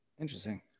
Interesting